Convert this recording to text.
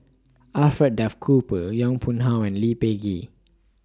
Alfred Duff Cooper Yong Pung How and Lee Peh Gee